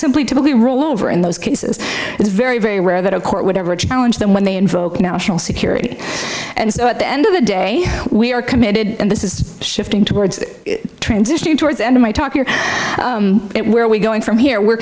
simply typically rule over in those cases it's very very rare that a court would ever challenge them when they invoke national security and at the end of the day we are committed and this is shifting towards transitioning towards end of my talk here where we going from here we're